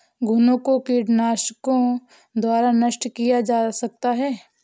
घुनो को कीटनाशकों द्वारा नष्ट किया जा सकता है